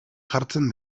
jartzen